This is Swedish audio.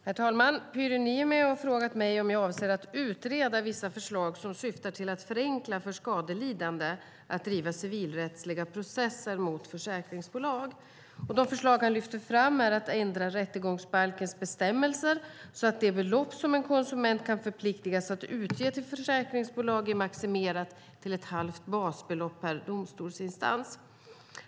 Herr talman! Pyry Niemi har frågat mig om jag avser att utreda vissa förslag som syftar till att förenkla för skadelidande att driva civilrättsliga processer mot försäkringsbolag. De förslag han lyfter fram är att ändra rättegångsbalkens bestämmelser så att det belopp som en konsument kan förpliktas att utge till försäkringsbolag är maximerat till ett halvt basbelopp per domstolsinstans.